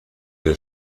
der